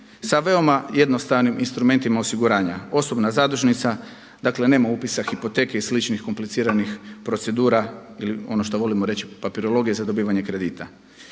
sa veoma jednostavnim instrumentima osiguranja, osobna zadužnica dakle nema upisa hipoteke i sličnih kompliciranih procedura ili ono što volimo reći papirologije za dobivanje kredita.